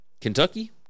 Kentucky